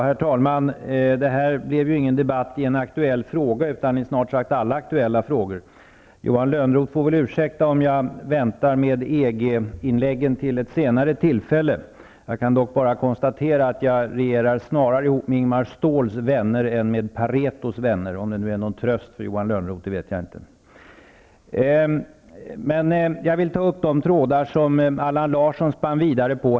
Herr talman! Det här blev ju ingen debatt i en aktuell fråga utan i snart sagt alla aktuella frågor. Johan Lönnroth får ursäkta om jag väntar med EG inläggen till ett senare tillfälle. Jag vill dock bara konstatera att jag snarare regerar tillsammans med Ingemar Ståhls vänner än med Paretos vänner. Om det är någon tröst för Johan Lönnroth vet jag inte. Jag vill ta upp de trådar som Allan Larsson spann vidare på.